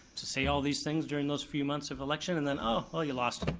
to say all these things during those few months of election, and then oh, oh, you lost.